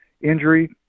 injury